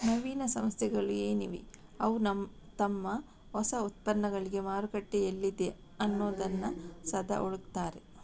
ನವೀನ ಸಂಸ್ಥೆಗಳು ಏನಿವೆ ಅವು ತಮ್ಮ ಹೊಸ ಉತ್ಪನ್ನಗಳಿಗೆ ಮಾರುಕಟ್ಟೆ ಎಲ್ಲಿದೆ ಅನ್ನುದನ್ನ ಸದಾ ಹುಡುಕ್ತಾರೆ